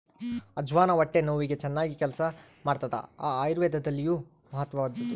ಅಜ್ವಾನ ಹೊಟ್ಟೆ ನೋವಿಗೆ ಚನ್ನಾಗಿ ಕೆಲಸ ಮಾಡ್ತಾದ ಆಯುರ್ವೇದದಲ್ಲಿಯೂ ಮಹತ್ವದ್ದು